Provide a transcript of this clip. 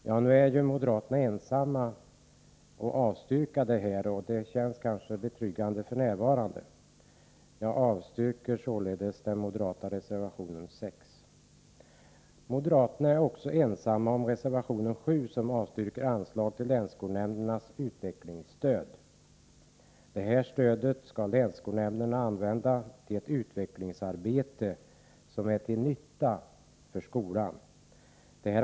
Ja, nu är de moderata ledamöterna ensamma om avstyrkandet, och det känns ju betryggande f.n. Jag avstyrker således den moderata reservationen 6. Moderaterna är också ensamma om reservation 7, som avstyrker anslag till länsskolnämndernas utvecklingsstöd. Det här stödet skall länsskolnämnderna använda till ett utvecklingsarbete som är till nytta för skolan.